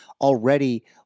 already